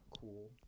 Cool